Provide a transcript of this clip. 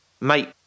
mate